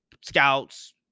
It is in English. scouts